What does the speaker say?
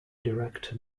director